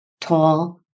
Tall